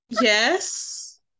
yes